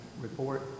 report